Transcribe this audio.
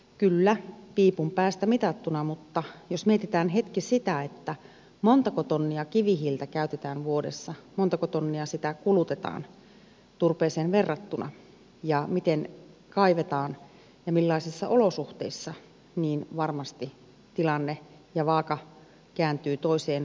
kyllä piipun päästä mitattuna mutta jos mietitään hetki sitä montako tonnia kivihiiltä käytetään vuodessa montako tonnia sitä kulutetaan turpeeseen verrattuna ja miten kaivetaan ja millaisissa olosuhteissa niin varmasti tilanne ja vaaka kääntyy toiseen asentoon